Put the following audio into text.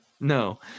No